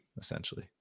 essentially